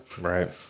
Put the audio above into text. Right